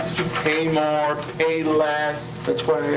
pay more, pay less. that's why